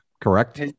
Correct